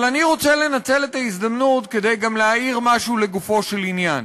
אבל אני רוצה לנצל את ההזדמנות כדי להעיר גם משהו לגופו של עניין.